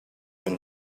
when